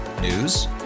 News